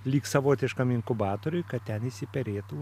lyg savotiškam inkubatoriui kad ten išsiperėtų